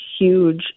huge